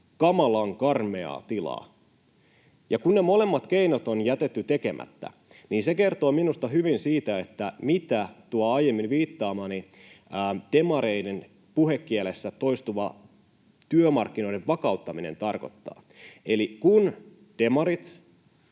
kamalan karmeaa tilaa. Ja kun ne molemmat keinot on jätetty tekemättä, niin se kertoo minusta hyvin siitä, mitä tuo aiemmin viittaamani demareiden puhekielessä toistuva ”työmarkkinoiden vakauttaminen” tarkoittaa. Eli kun demarit,